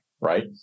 right